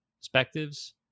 perspectives